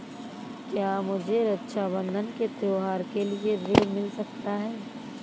क्या मुझे रक्षाबंधन के त्योहार के लिए ऋण मिल सकता है?